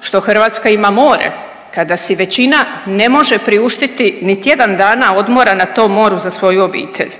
što Hrvatska ima more kada si većina ne može priuštiti ni tjedan dana odmora na tom moru za svoju obitelj?